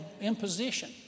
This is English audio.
imposition